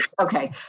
okay